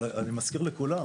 אבל אני מזכיר לכולם,